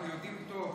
אנחנו יודעים טוב,